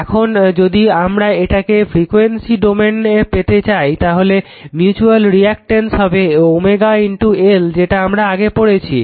এখন যদি আমরা এটাকে ফ্রিকয়েন্সি ক্ষেত্রে পেতে চাই তাহলে মিউচুয়াল রিঅ্যাকটেন্স হবে L যেটা আমরা আগে পড়েছি